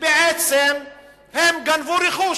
כל ארץ-ישראל, בעצם הם גנבו רכוש